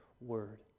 Word